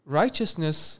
righteousness